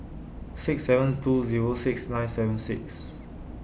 six sevens two Zero six nine seven six